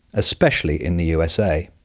especially in the usa.